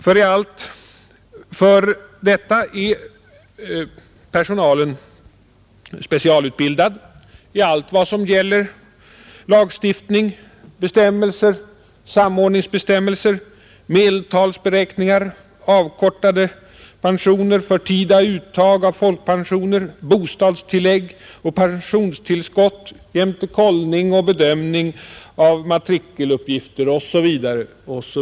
För detta är personalen specialutbildad i allt som gäller lagstiftning, bestämmelser, samordningsbestämmelser, medeltalsberäkningar, avkortade pensioner, förtida uttag av folkpensioner, bostadstillägg och pensionstillskott jämte kollning och bedömning av matrikeluppgifter osv.